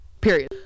period